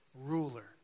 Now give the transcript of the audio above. ruler